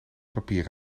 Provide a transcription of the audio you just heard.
papier